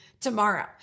tomorrow